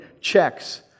checks